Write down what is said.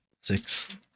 six